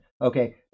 Okay